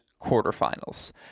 quarterfinals